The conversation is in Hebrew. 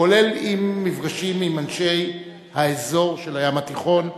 כולל מפגשים עם אנשי אזור הים התיכון.